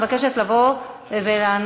אני מבקשת לבוא ולענות.